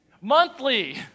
Monthly